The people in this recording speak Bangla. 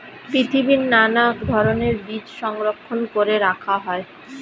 পৃথিবীর নানা ধরণের বীজ সংরক্ষণ করে রাখা হয়